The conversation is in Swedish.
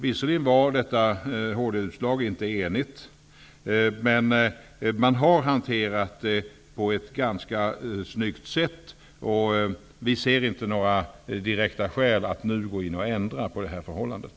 Visserligen var detta hårda utslag inte enigt, men man har hanterat det på ett ganska snyggt sätt. Vi ser inte några direkta skäl att nu gå in och ändra på förhållandet.